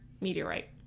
meteorite